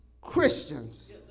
Christians